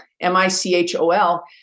M-I-C-H-O-L